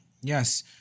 Yes